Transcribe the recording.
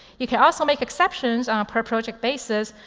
you can also make exceptions on a per project basis,